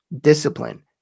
discipline